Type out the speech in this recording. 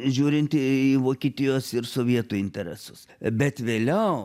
žiūrinti į vokietijos ir sovietų interesus bet vėliau